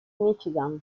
michigan